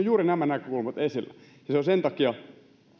juuri nämä näkökulmat esillä ja se on jo sen takia